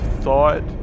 thought